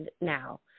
now